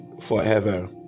forever